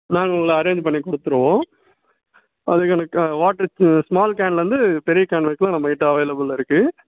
நாங்கள் உங்களை அரேஞ்ச் பண்ணி கொடுத்துருவோம் அது எனக்கு வாட்ரு ஸ்மால் கேனிலேந்து பெரிய கேன் வரைக்கும் நம்மகிட்டே அவைளபுல் இருக்குது